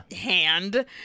hand